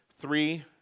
three